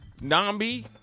Nambi